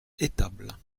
étables